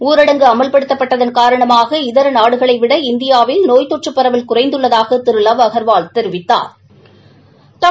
ஊரடங்கு அமல்படுத்தப்பட்டதன் காரணமாக இதர நாடுகளைவிட இந்தியாவில் நோய் தொற்று பரவல் குறைந்துள்ளதாக திரு லவ் அகாவால் தெரிவித்தாா்